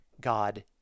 God